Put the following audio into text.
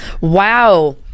Wow